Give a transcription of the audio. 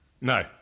No